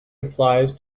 applies